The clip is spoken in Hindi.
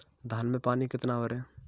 धान में पानी कितना भरें?